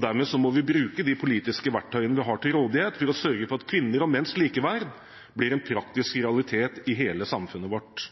Dermed må vi bruke de politiske verktøyene vi har til rådighet, for å sørge for at kvinners og menns likeverd blir en praktisk realitet i hele samfunnet vårt.